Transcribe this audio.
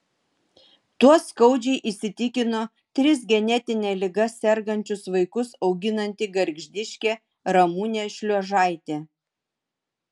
tuo skaudžiai įsitikino tris genetine liga sergančius vaikus auginanti gargždiškė ramunė šliuožaitė